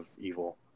evil